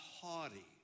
haughty